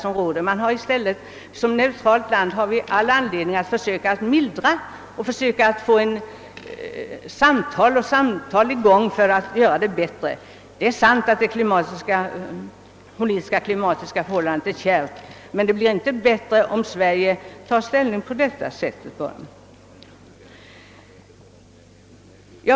Som neutralt land har Sverige all anledning att få i gång samtal för att förbättra förhållandena. Det är sant att det politiska, klimatiska förhållandet är kärvt, men det blir inte bättre om Sverige tar ställning på detta sätt.